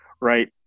right